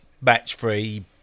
match-free